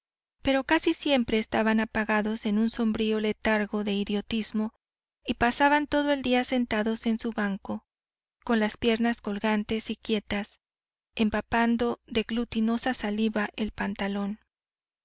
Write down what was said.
pero casi siempre estaban apagados en un sombrío letargo de idiotismo y pasaban todo el día sentados en su banco con las piernas colgantes y quietas empapando de glutinosa saliva el pantalón